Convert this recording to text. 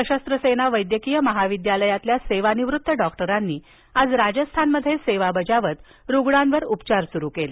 सशस्त्र सेना वैद्यकीय महाविद्यालयातील सेवानिवृत्त डॉक्टरांनी आज राजस्थानमध्ये सेवा बजावत रुग्णांवर उपचार सुरु केले